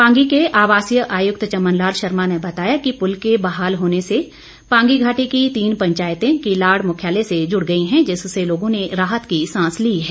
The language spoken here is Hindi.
पांगी के आवासीय आयुक्त चमन लाल शर्मा ने बताया कि पुल के बहाल होने से पांगी घाटी की तीन पंचायतें किलाड़ मुख्यालय से जुड़ गई हैं जिससे लोगों ने राहत की सांस ली है